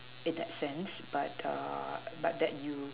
in that sense but err but that you